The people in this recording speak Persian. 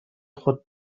خود